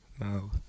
No